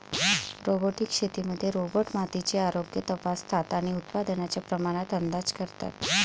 robotic शेतीमध्ये robot मातीचे आरोग्य तपासतात आणि उत्पादनाच्या प्रमाणात अंदाज करतात